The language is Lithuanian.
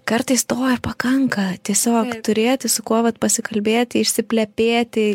kartais to ir pakanka tiesio turėti su kuo pasikalbėti išsiplepėti